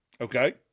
Okay